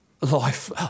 life